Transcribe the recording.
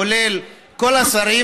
כולל כל השרים,